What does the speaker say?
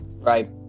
Right